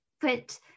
put